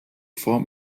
form